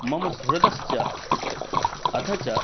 मम सुहृदश्च अथ च